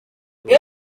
buri